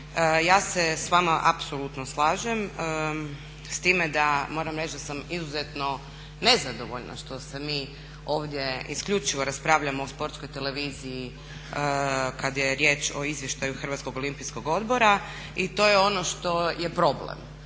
Ja se s vama apsolutno slažem. S time da moram reći da sam izuzetno nezadovoljna što se mi ovdje isključivo raspravljamo o sportskoj televiziji kada je riječ o izvještaju Hrvatskog olimpijskog odbora i to je ono što je problem.